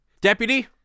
Deputy